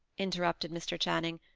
interrupted mr. channing.